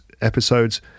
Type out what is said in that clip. episodes